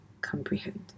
comprehend